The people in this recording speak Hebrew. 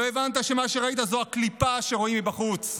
לא הבנת שמה שראית זו הקליפה שרואים מבחוץ,